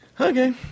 Okay